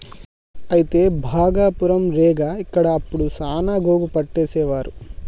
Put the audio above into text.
అయితే భాగపురం రేగ ఇక్కడ అప్పుడు సాన గోగు పట్టేసేవారు